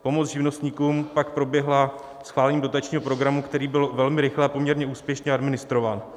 Pomoc živnostníkům pak proběhla schválením dotačního programu, který byl velmi rychle a poměrně úspěšně administrován.